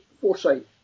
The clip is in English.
foresight